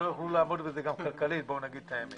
יוכלו לעמוד בזה כלכלית בואו נגיד את האמת,